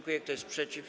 Kto jest przeciw?